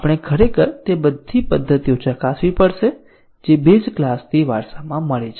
આપણે ખરેખર તે બધી પદ્ધતિઓ ચકાસવી પડશે જે બેઝ ક્લાસથી વારસામાં મળી છે